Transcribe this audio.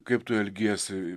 kaip tu elgiesi